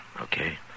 okay